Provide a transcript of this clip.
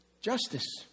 justice